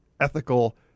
ethical